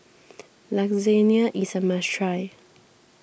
Lasagna is a must try